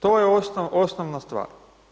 To je osnovna stvar.